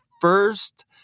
first